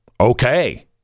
Okay